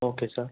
okay sir